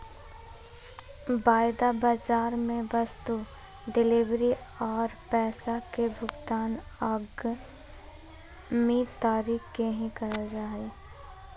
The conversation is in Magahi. वायदा बाजार मे वस्तु डिलीवरी आर पैसा के भुगतान आगामी तारीख के ही करल जा हय